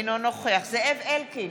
אינו נוכח זאב אלקין,